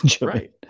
Right